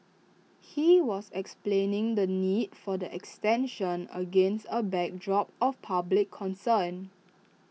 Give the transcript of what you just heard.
he was explaining the need for the extension against A backdrop of public concern